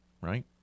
right